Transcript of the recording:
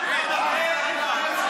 ו-34 בעד.